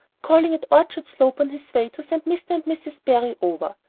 calling at orchard slope on his way to send mr. and mrs. barry over.